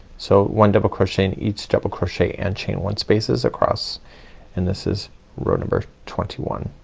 so one double crochet in each double crochet and chain one spaces across and this is row number twenty one.